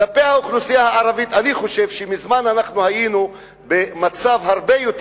אני חושב שמזמן אנחנו היינו במצב הרבה יותר